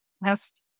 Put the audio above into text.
last